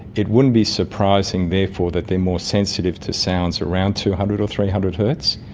it wouldn't be surprising therefore that they're more sensitive to sounds around two hundred or three hundred hertz,